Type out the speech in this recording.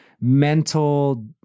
mental